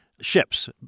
ships